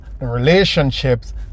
relationships